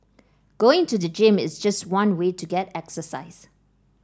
going to the gym is just one way to get exercise